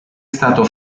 stato